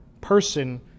person